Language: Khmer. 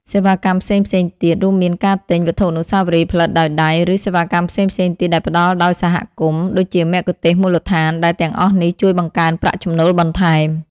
សេវាកម្មផ្សេងៗទៀត រួមមានការទិញ វត្ថុអនុស្សាវរីយ៍ ផលិតដោយដៃ ឬ សេវាកម្មផ្សេងៗទៀតដែលផ្តល់ដោយសហគមន៍ ដូចជាមគ្គុទ្ទេសក៍មូលដ្ឋាន ដែលទាំងអស់នេះជួយបង្កើនប្រាក់ចំណូលបន្ថែម។